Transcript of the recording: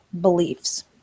beliefs